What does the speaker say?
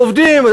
עובדים.